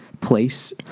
place